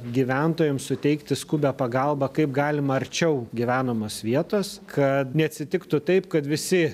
gyventojams suteikti skubią pagalbą kaip galima arčiau gyvenamos vietos kad neatsitiktų taip kad visi